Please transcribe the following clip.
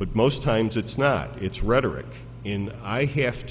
but most times it's not it's rhetoric in i have